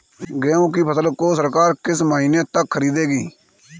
गेहूँ की फसल को सरकार किस महीने तक खरीदेगी?